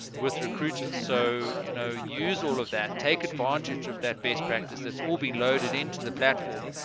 and with recruiters so you know use all of that take advantage of that best practice that's all been loaded into the platform